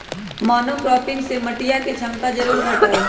monocropping से मटिया के क्षमता जरूर घटा हई